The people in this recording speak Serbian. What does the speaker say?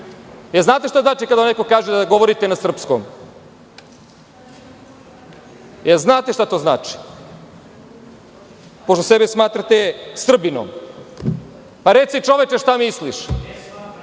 Znate li šta znači kada vam neko kaže da govorite na srpskom? Znate li šta to znači, pošto sebe smatrate Srbinom? Pa, reci čoveče šta misliš.